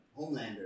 Homelander